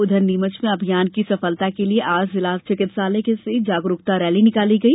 उधर नीमच में अभियान की सफलता के लिए आज जिला चिकित्सालय से जागरुकता रैली निकाली गई